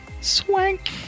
swank